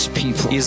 people